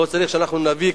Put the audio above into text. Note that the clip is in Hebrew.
לא צריך שאנחנו נביא,